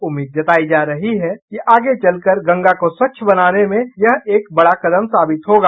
उम्मीद जतायी जा रही है कि यह आगे चलकर गंगा को स्वच्छ बनाने में एक बडा कदम साबित होगा